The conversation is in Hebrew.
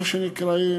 מה שנקרא,